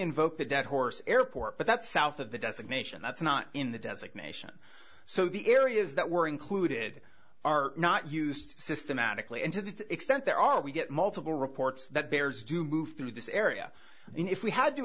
invoke the dead horse airport but that's south of the designation that's not in the designation so the areas that were included are not used systematically into the extent there are we get multiple reports that bears do move through this area and if we had to